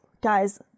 guys